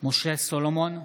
משה סולומון,